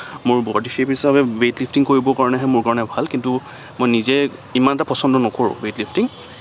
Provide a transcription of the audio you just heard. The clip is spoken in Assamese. মোৰ বডীশ্বেপ হিচাপে ওৱেট লিফটিং কৰিবৰ কাৰণেহে মোৰ ভাল কিন্তু মই নিজে ইমান এটা পচন্দ নকৰোঁ ৱেইটলিফ্টিং